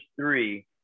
three